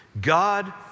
God